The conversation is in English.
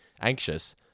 anxious